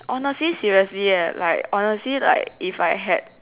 honestly seriously eh like honestly like if I had